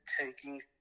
taking